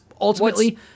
Ultimately